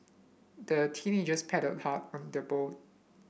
the teenagers paddled hard from their boat